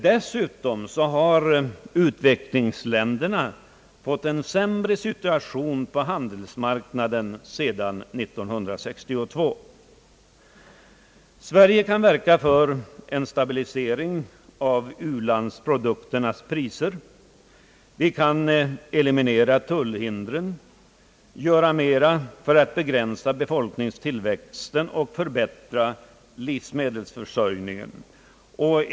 Dessutom har utvecklingsländerna fått en sämre situation på handelsmarknaden sedan 1962. Sverige kan verka för en stabilisering av priserna på u-landsprodukterna, vi kan eliminera tullhindren, göra mera för att begränsa befolkningstillväxten och förbättra livsmedelsförsörjningen.